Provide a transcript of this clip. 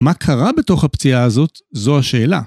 ‫מה קרה בתוך הפציעה הזאת? ‫זו השאלה.